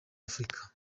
afurika